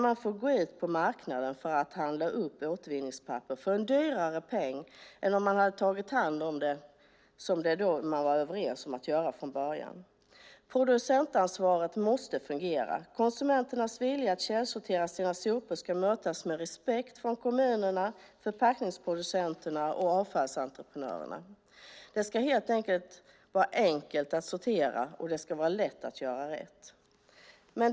Man får gå ut på marknaden och handla upp återvinningspapper för en dyrare peng än om man hade tagit hand om det såsom överenskommelsen var från början. Producentansvaret måste fungera. Konsumenternas vilja att källsortera sina sopor ska mötas med respekt från kommuner, förpackningsproducenter och avfallsentreprenörer. Det ska vara enkelt att sortera och lätt att göra rätt.